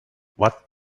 what